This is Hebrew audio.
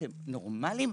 אתם נורמליים?